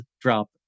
drop